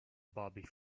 bobby